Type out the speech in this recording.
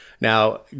Now